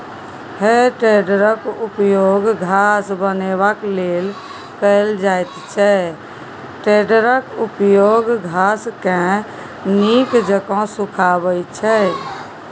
हे टेडरक उपयोग घास बनेबाक लेल कएल जाइत छै टेडरक उपयोग घासकेँ नीक जेका सुखायब छै